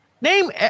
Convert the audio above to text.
Name